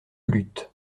luttes